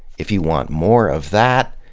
if you want more of that,